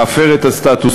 להפר את הסטטוס-קוו,